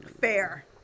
fair